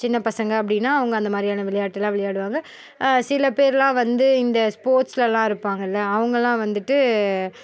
சின்னப் பசங்க அப்படினா அவங்க அந்த மாதிரியான விளையாட்டுலாம் விளையாடுவாங்க சில பேர்லாம் வந்து இந்த ஸ்போர்ட்ஸ்லலாம் இருப்பாங்கள்ல அவங்கள்லாம் வந்துட்டு